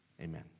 Amen